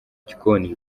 gikoni